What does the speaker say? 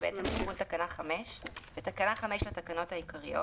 תיקון תקנה 5 בתקנה 5 לתקנות העיקריות